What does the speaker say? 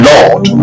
Lord